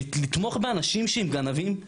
לתמוך באנשים שהם גנבים?